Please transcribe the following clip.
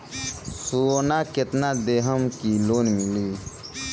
सोना कितना देहम की लोन मिली?